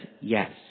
yes